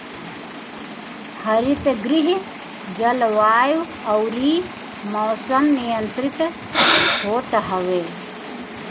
हरितगृह जलवायु अउरी मौसम नियंत्रित होत हवे